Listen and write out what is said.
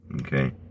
okay